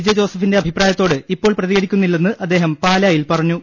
J ജോസഫിന്റെ അഭിപ്രായത്തോട് ഇപ്പോൾ പ്രതികരിക്കുന്നില്ലെന്ന് അദ്ദേഹം പാലായിൽ പറഞ്ഞു